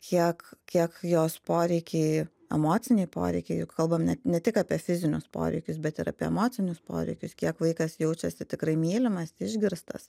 kiek kiek jos poreikiai emociniai poreikiai jeigu kalbam net ne tik apie fizinius poreikius bet ir apie emocinius poreikius kiek vaikas jaučiasi tikrai mylimas išgirstas